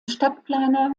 stadtplaner